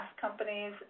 companies